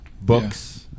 books